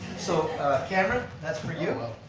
so cameron, that's for you.